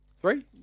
three